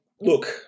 look